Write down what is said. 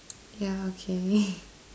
yeah okay